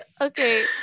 Okay